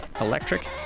electric